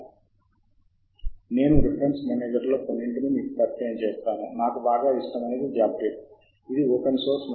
మరియు ముఖ్యంగా ఈ ఫైళ్ళు మీ డెస్క్టాప్లో ఉంటాయి అంటే మీరు ఈ అంశాలను మీ స్వంత వేగంతో ఆఫ్లైన్లో చూడవచ్చు మరియు మీరు కోరుకునే వాటిని గుర్తించవచ్చు మరియు యొక్క పూర్తి వచనాన్ని చదవవచ్చు